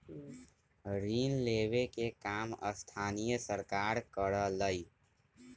ऋण लेवे के काम स्थानीय सरकार करअलई